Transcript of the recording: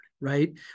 right